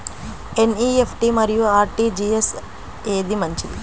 NEFT మరియు RTGS ఏది మంచిది?